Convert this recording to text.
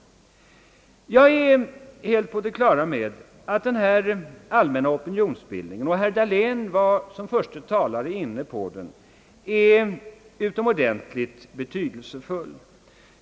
Jag är helt på det klara med att denna allmänna opinionsbildning — och herr Dahlén var som förste talare inne på denna sak — är utomordentligt betydelsefull.